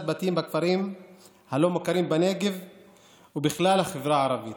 בתים בכפרים הלא-מוכרים בנגב ובכלל החברה הערבית